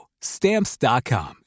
Stamps.com